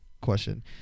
question